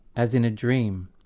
as in a dream.